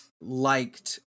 liked